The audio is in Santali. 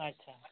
ᱟᱪᱪᱷᱟ